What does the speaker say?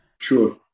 Sure